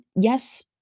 yes